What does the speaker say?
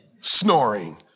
snoring